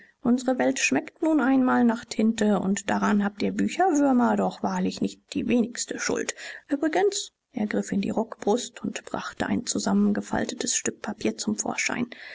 unsre welt schmeckt nun einmal nach tinte und daran habt ihr bücherwürmer doch wahrlich nicht die wenigste schuld übrigens er griff in die rockbrust und brachte ein zusammengefaltetes stück papier zum vorschein